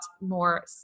more